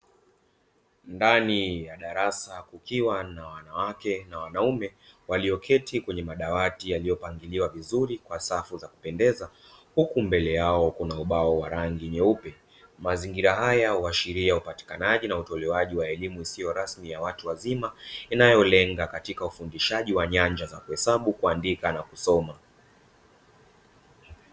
Ndani ya darasa kukiwa na wanawake na wanaume, walioketi kwenye madawati yaliyopangiliwa vizuri kwa safu za kupendeza, huku mbele yao kuna na ubao wa rangi nyeupe. Mazingira haya huashiria upatikanaji na utolewaji wa elimu isiyo rasmi ya watu wazima, inayolenga katika ufundishaji wa nyanja za; kuhesabu, kuandika na kusoma.